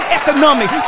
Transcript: economic